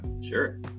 sure